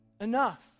enough